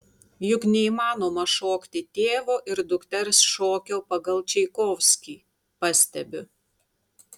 juk neįmanoma šokti tėvo ir dukters šokio pagal čaikovskį pastebiu